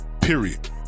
Period